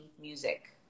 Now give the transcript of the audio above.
music